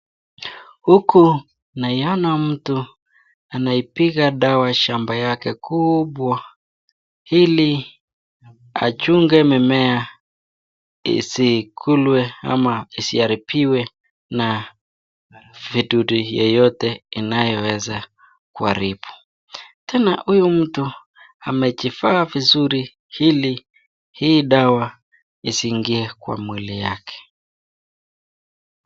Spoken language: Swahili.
Huku naiona mtu anaipiga dawa shamba yake kubwa ili achunge mimea isikulwe ama isiaribiwe na vidudu yoyote inayoweza kuharibu. Tena huyu mtu amejivaa vizuri ili hii dawa isiingiye kwa mwili yake.